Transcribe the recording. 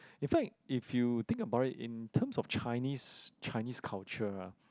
in fact if you think about it in terms of Chinese Chinese culture ah